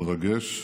מרגש,